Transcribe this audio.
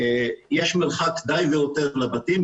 שיש מרחק די והותר עד לבתים.